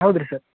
ಹೌದು ರಿ ಸರ್